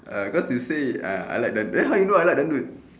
err cause you say ah I like du~ then how you know I like dollop